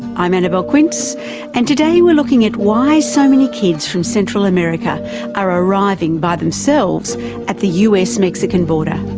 i'm annabelle quince and today we're looking at why so many kids from central america are arriving by themselves at the us mexican border.